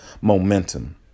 momentum